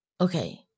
Okay